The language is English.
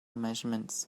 measurements